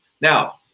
Now